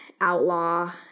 outlaw